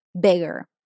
bigger